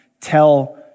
tell